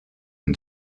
and